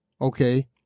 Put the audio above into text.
okay